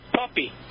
puppy